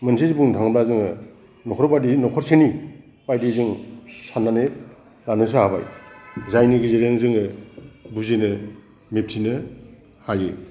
मोनसे बुंनो थाङोबा जोङो न'खरबादि न'खरसेनि बायदि जों सान्नानै लानो जाबाय जायनि गेजेरजों जोङो बुजिनो मिथिनो हायो